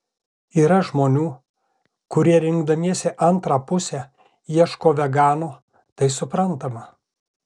yra žmonių kurie rinkdamiesi antrą pusę ieško vegano tai suprantama